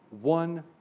one